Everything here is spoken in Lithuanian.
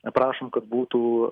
prašom kad būtų